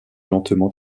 lentement